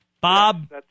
Bob